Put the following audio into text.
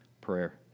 Prayer